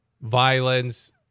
violence